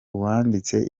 uwanditse